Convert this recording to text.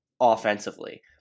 offensively